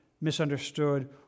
misunderstood